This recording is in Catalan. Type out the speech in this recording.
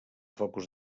focus